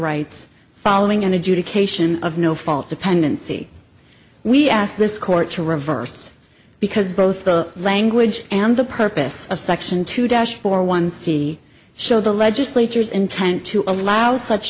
rights following an adjudication of no fault dependency we ask this court to reverse because both the language and the purpose of section two dash for one see show the legislatures intent to allow such